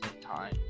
time